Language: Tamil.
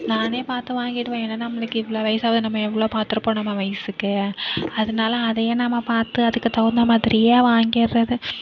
நானே பார்த்து வாங்கிடுவேன் ஏன்னா நம்மளுக்கு இவ்வளோ வயசாகுது நம்ம எவ்வளோ பார்த்திருப்போம் நம்ம வயசுக்கு அதனால் அதையே நாம் பார்த்து அதுக்கு தகுந்தமாதிரியே வாங்கிடுறது